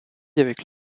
avec